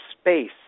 space